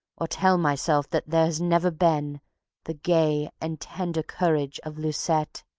or tell myself that there has never been the gay and tender courage of lucette,